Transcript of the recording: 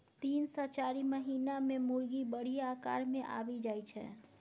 तीन सँ चारि महीना मे मुरगी बढ़िया आकार मे आबि जाइ छै